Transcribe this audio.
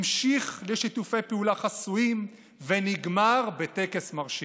המשיך בשיתופי פעולה חסויים ונגמר בטקס מרשים.